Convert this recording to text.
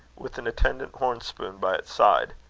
with an attendant horn-spoon by its side.